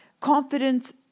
confidence